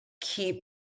keep